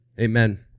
amen